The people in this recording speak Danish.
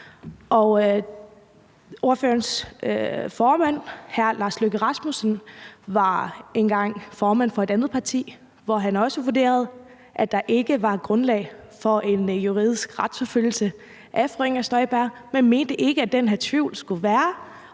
Ordførerens formand, hr. Lars Løkke Rasmussen, var engang formand for et andet parti, hvor han også vurderede, at der ikke var grundlag for en juridisk retsforfølgelse af fru Inger Støjberg, men man mente ikke, at der skulle være